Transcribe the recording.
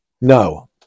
No